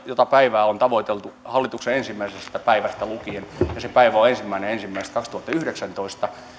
jota on tavoiteltu hallituksen ensimmäisestä päivästä lukien ja se päivä on ensimmäinen ensimmäistä kaksituhattayhdeksäntoista